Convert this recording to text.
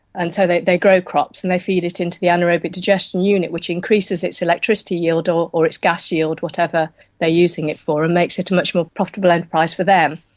and so they they grow crops and they feed it into the anaerobic digestion unit which increases its electricity yield or or its gas yield, whatever they are using it for, and makes it a much more profitable enterprise for them.